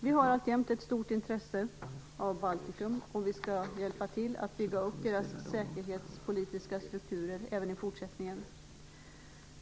Vi har alltjämt ett stort intresse för Baltikum, och vi skall hjälpa till med att bygga upp dess säkerhetspolitiska strukturer även i fortsättningen.